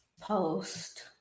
post